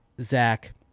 Zach